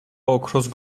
ოქროს